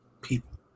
people